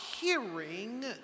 hearing